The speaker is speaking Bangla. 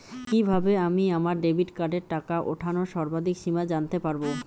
কিভাবে আমি আমার ডেবিট কার্ডের টাকা ওঠানোর সর্বাধিক সীমা জানতে পারব?